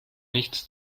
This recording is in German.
nichts